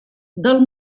del